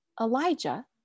Elijah